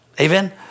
Amen